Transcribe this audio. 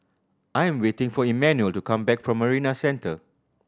I am waiting for Emmanuel to come back from Marina Centre